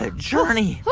ah journey.